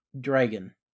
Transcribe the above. dragon